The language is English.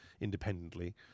independently